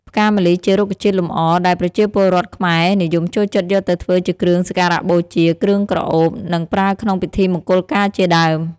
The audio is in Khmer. ផ្កាម្លិះ ជារុក្ខជាតិលម្អ ដែលប្រជាពលរដ្ឋខ្មែរនិយមចូលចិត្តយកទៅធ្វើជាគ្រឿងសក្ការបូជា គ្រឿងក្រអូប និងប្រើក្នុងពិធីមង្គលការជាដើម។